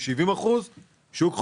70% שוק חופשי.